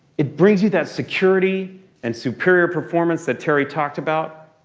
it brings you that security and superior performance that terry talked about.